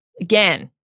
again